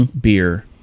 beer